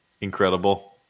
Incredible